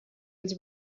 was